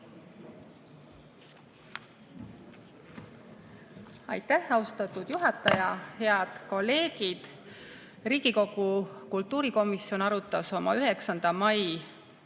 Aitäh, austatud juhataja! Head kolleegid! Riigikogu kultuurikomisjon arutas oma 9. mai